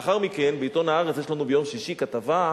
לאחר מכן, בעיתון "הארץ" יש לנו ביום שישי כתבה,